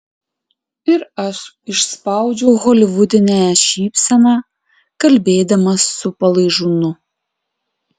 ir aš išspaudžiau holivudinę šypseną kalbėdamas su palaižūnu